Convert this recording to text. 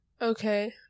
Okay